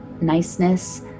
niceness